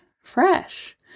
fresh